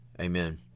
Amen